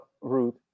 Ruth